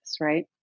right